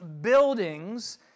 buildings